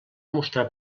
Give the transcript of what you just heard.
mostrar